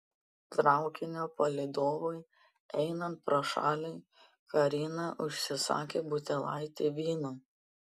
traukinio palydovui einant pro šalį karina užsisakė butelaitį vyno